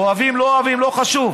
אוהבים או לא אוהבים, לא חשוב.